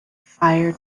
fire